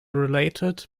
related